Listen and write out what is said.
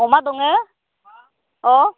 अमा दङो अ